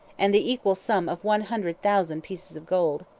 and the equal sum of one hundred thousand pieces of gold.